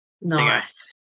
Nice